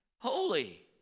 holy